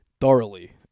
thoroughly